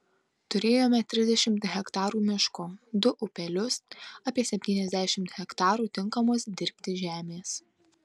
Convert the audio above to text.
turėjome trisdešimt hektarų miško du upelius apie septyniasdešimt hektarų tinkamos dirbti žemės